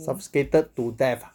suffocated to death ah